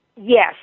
Yes